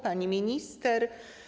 Pani Minister!